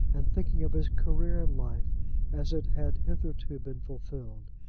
and thinking of his career in life as it had hitherto been fulfilled.